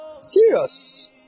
serious